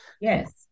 Yes